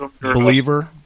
believer